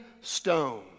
stone